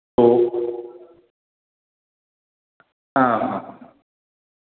ओ हां